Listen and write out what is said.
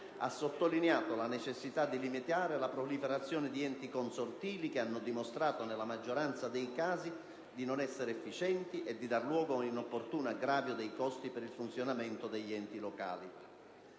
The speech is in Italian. ha sottolineato la necessità di limitare la proliferazione di enti consortili che hanno dimostrato, nella maggioranza dei casi di non essere efficienti e di dar luogo ad un inopportuno aggravio dei costi per il funzionamento degli enti locali.